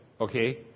okay